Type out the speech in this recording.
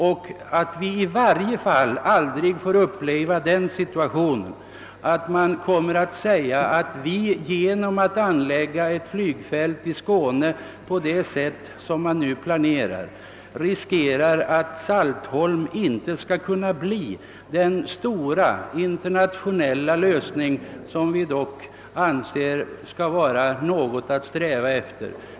Vi måste i varje fall se till att vi inte får uppleva den situationen, att vi genom att anlägga ett flygfält i Skåne på det sätt som nu planeras riskerar att Saltholm inte blir den stora internationella lösning som vi dock anser skall vara något att sträva efter.